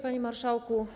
Panie Marszałku!